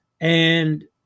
and-